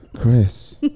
Chris